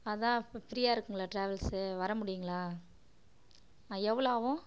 அதுதான் அப்போ ஃப்ரீயாக இருக்குங்களா ட்ராவல்ஸு வர முடியுங்களா எவ்வளோ ஆகும்